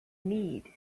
need